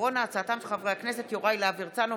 בהצעתם של חברי הכנסת יוראי להב הרצנו,